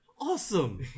Awesome